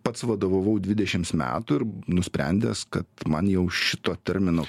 pats vadovavau dvidešims metų ir nusprendęs kad man jau šito termino